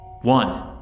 One